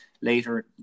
later